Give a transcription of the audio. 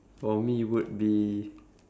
for me would be